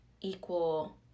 equal